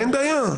אין בעיה.